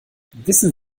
wissen